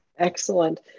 Excellent